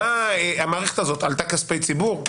היא עלתה כספי ציבור?